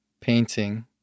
painting